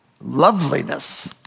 loveliness